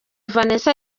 vanessa